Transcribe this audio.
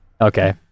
Okay